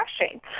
refreshing